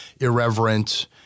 irreverent